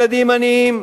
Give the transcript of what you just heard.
כמה ילדים עניים?